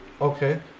okay